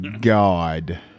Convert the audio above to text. God